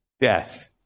Death